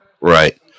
Right